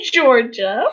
Georgia